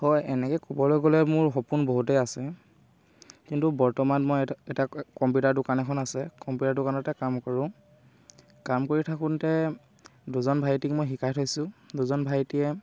হয় এনেকে ক'বলৈ গ'লে মোৰ সপোন বহুতেই আছে কিন্তু বৰ্তমান মই এটা কম্পিউটাৰ দোকান এখন আছে কম্পিউটাৰ দোকানতে কাম কৰোঁ কাম কৰি থাকোঁতে দুজন ভাইটিক মই শিকাই থৈছোঁ দুজন ভাইটীয়ে